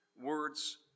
words